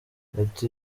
bati